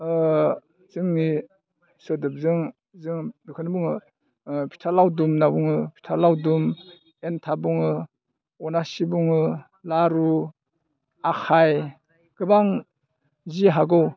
जोंनि सोदोबजों जों बेखौनो बुङो फिथा लावदुम होनना बुङो फिथा लावदुम एनथाब बुङो अनासि बुङो लारु आखाइ गोबां जि हागौ